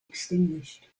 extinguished